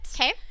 Okay